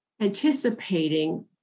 anticipating